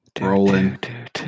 Rolling